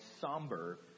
somber